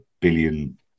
billion